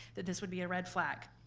that this would be a red flag.